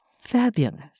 Fabulous